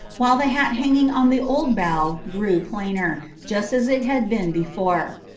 while the hat hanging on the old bough grew plainer, just as it had been before.